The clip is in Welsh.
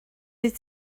wyt